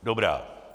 Dobrá.